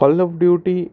call of duty